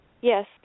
Yes